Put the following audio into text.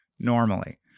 Normally